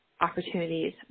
opportunities